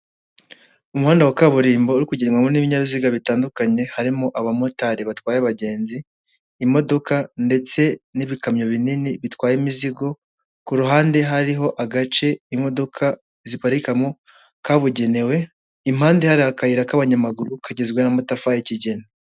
Umuhanda wa kaburimbo uri kugendwamo n'ibinyabiziga bitandukanye harimo abamotari batwaye abagenzi, imodoka ndetse n'ibikamyo binini bitwaye imizigo, ku ruhande hariho agace imodoka ziparikamo kabugenewe, impande hari akayira k'abanyamaguru kagizwe n'amatafari y'ikigina.